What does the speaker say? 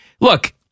Look